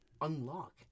unlock